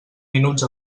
minuts